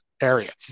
area